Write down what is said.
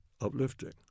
uplifting